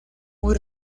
muy